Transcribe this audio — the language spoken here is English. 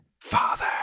Father